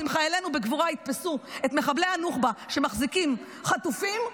אם חיילינו בגבורה יתפסו את מחבלי הנוח'בה שמחזיקים חטופים,